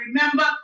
remember